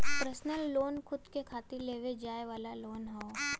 personal loan खुद के खातिर लेवे जाये वाला लोन हौ